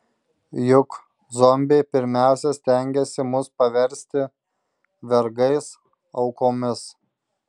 juk zombiai pirmiausia stengiasi mus paversti vergais aukomis